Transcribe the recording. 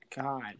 God